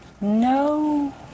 No